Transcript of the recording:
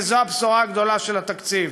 וזו הבשורה הגדולה של התקציב.